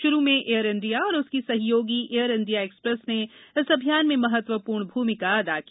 शरू में Air India और उसकी सहयोगी एयर इंडिया एक्सप्रेस ने इस अभियान में महत्वपूर्ण भूमिका अदा की